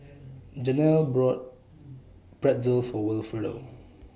Jenelle bought Pretzel For Wilfredo